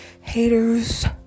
Haters